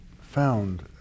found